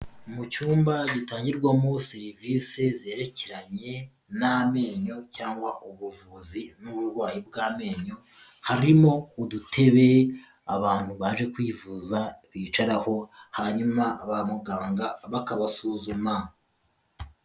Mu cyumba gitangirwamo serivisi zerekeranye n'amenyo cyangwa ubuvuzi n'uburwayi bw'amenyo, harimo udutebe abantu baje kwivuza bicaraho, hanyuma ba muganga bakabasuzuma.